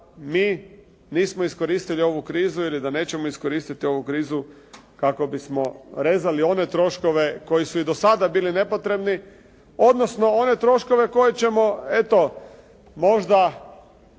mi nismo iskoristili ovu krizu ili da nećemo iskoristiti ovu krizu kako bismo rezali one troškove koji su i do sada bili nepotrebni, odnosno one troškove koje ćemo eto možda